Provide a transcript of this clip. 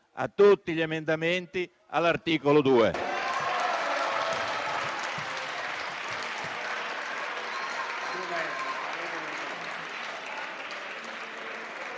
a tutti gli emendamenti all'articolo 2.